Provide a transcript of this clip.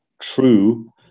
true